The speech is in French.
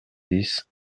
dix